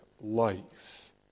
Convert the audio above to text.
life